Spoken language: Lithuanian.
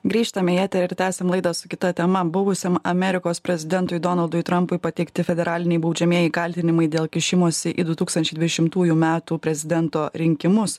grįžtame į eterį ir tęsiam laidą su kita tema buvusiam amerikos prezidentui donaldui trampui pateikti federaliniai baudžiamieji kaltinimai dėl kišimosi į du tūsktančiai dvidešimtųjų metų prezidento rinkimus